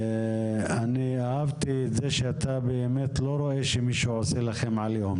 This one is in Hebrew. אני אהבתי את זה שאתה באמת לא רואה שמישהו עושה לכם עליהום,